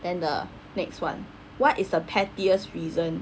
then the next one what is the pettiest reason